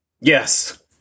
Yes